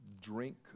Drink